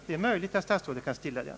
Det är möjligt att statsrådet kan stilla den.